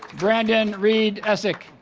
branden reid essick